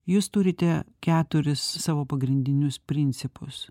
jūs turite keturis savo pagrindinius principus